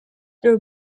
their